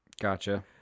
Gotcha